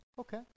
Okay